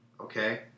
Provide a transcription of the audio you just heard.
Okay